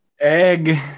Egg